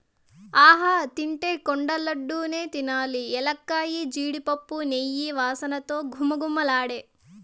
ఆహా తింటే కొండ లడ్డూ నే తినాలి ఎలక్కాయ, జీడిపప్పు, నెయ్యి వాసనతో ఘుమఘుమలాడే